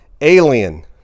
Alien